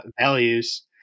values